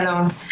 שלום.